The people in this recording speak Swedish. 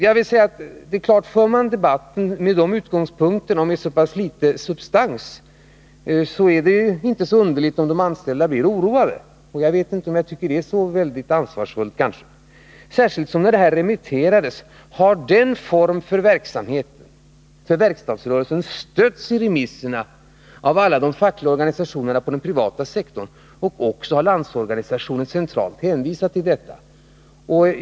Men för man debatten från sådana här utgångspunkter och med så pass liten substans är det ju inte så underligt om de anställda blir oroade. Jag vet inte om jag tycker att det är så särskilt ansvarsfullt, speciellt inte eftersom förslaget till den här formen för verkstadsrörelsens verksamhet har fått stöd i remisserna av alla de fackliga organisationerna på den privata sektorn, och Landsorganisationen centralt har också hänvisat till detta.